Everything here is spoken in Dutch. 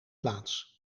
plaats